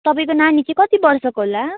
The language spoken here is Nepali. तपाईँको नानी चाहिँ कति वर्षको होला